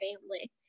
family